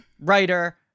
writer